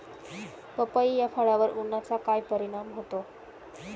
पपई या फळावर उन्हाचा काय परिणाम होतो?